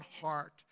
heart